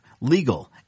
legal